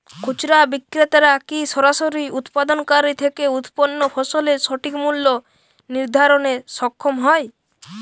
খুচরা বিক্রেতারা কী সরাসরি উৎপাদনকারী থেকে উৎপন্ন ফসলের সঠিক মূল্য নির্ধারণে সক্ষম হয়?